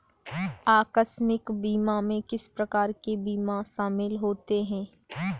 आकस्मिक बीमा में किस प्रकार के बीमा शामिल होते हैं?